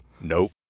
nope